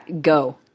Go